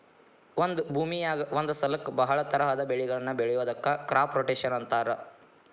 ಒಂದ ಭೂಮಿಯಾಗ ಒಂದ ಸಲಕ್ಕ ಬಹಳ ತರಹದ ಬೆಳಿಗಳನ್ನ ಬೆಳಿಯೋದಕ್ಕ ಕ್ರಾಪ್ ರೊಟೇಷನ್ ಅಂತಾರ